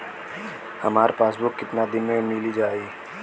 हमार पासबुक कितना दिन में मील जाई?